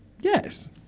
yes